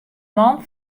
man